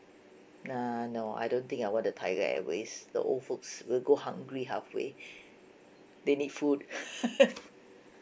nah no I don't think I want the tiger airways the old folks will go hungry halfway they need food